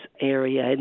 area